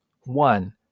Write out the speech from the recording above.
One